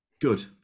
Good